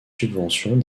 subventions